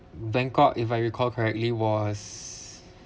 bangkok if I recall correctly was